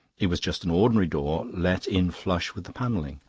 it was just an ordinary door let in flush with the panelling.